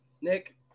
Nick